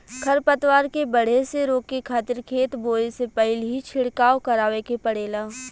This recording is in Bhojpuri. खर पतवार के बढ़े से रोके खातिर खेत बोए से पहिल ही छिड़काव करावे के पड़ेला